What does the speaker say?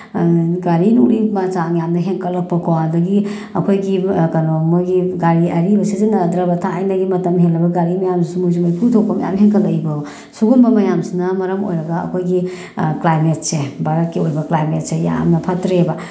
ꯒꯥꯔꯤ ꯅꯨꯡꯂꯤ ꯆꯥꯡ ꯌꯥꯝꯅ ꯍꯦꯟꯒꯠꯂꯛꯄꯀꯣ ꯑꯗꯒꯤ ꯑꯩꯈꯣꯏꯒꯤ ꯀꯩꯅꯣ ꯃꯣꯏꯒꯤ ꯒꯥꯔꯤ ꯑꯔꯤꯕ ꯁꯤꯖꯤꯟꯅꯗ꯭ꯔꯕ ꯊꯥꯏꯅꯒꯤ ꯃꯇꯝ ꯍꯦꯜꯂꯕ ꯒꯥꯔꯤ ꯃꯌꯥꯝꯁꯤꯁꯨ ꯃꯣꯏꯁꯨ ꯃꯩꯈꯨ ꯊꯣꯛꯄ ꯃꯌꯥꯝ ꯍꯦꯟꯒꯠꯂꯛꯏꯀꯣ ꯁꯨꯒꯨꯝꯕ ꯃꯌꯥꯝꯁꯤꯅ ꯃꯔꯝ ꯑꯣꯏꯔꯒ ꯑꯩꯈꯣꯏꯒꯤ ꯀ꯭ꯂꯥꯏꯃꯦꯠꯁꯦ ꯚꯥꯔꯠꯀꯤ ꯑꯣꯏꯕ ꯀ꯭ꯂꯥꯏꯃꯦꯠꯁꯦ ꯌꯥꯝꯅ ꯐꯠꯇ꯭ꯔꯦꯕ